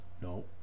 No